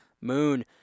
Moon